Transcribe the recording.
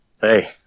Hey